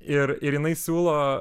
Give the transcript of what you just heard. ir ir jinai siūlo